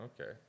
Okay